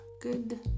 good